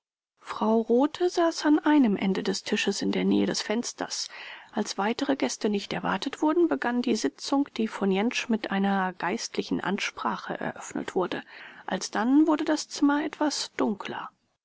frau rothe saß an einem ende des tisches in der nähe des fensters als weitere gäste nicht erwartet wurden begann die sitzung die von jentsch mit einer geistlichen ansprache eröffnet wurde alsdann wurde das zimmer etwas dunkler